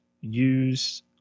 use